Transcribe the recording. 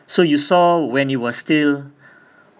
so you saw when it was still